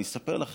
אני אומר לכם,